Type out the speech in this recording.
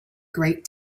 great